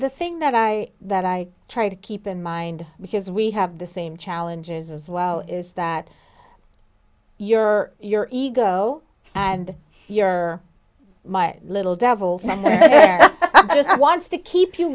the thing that i that i try to keep in mind because we have the same challenges as well is that you're your ego and you're my little devils and i just want to keep you